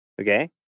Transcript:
Okay